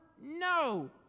No